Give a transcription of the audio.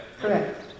Correct